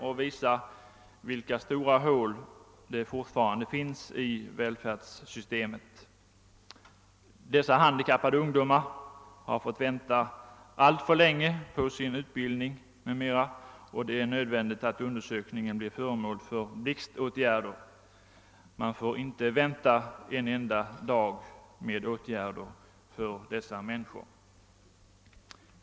Den visar vilka stora hål som fortfarande finns i välfärdssamhället. Dessa handikappade ungdomar har fått vänta alldeles för länge på sin utbildning m.m., och det är nödvändigt att undersökningen blir föremål för blixtåtgärder. Man får inte vänta en enda dag med åtgärder för dessa människor.